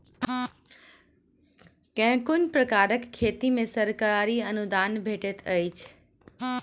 केँ कुन प्रकारक खेती मे सरकारी अनुदान भेटैत अछि?